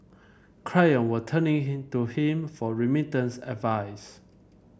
client were turning to him for remittance advice